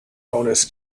bonus